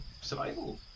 survival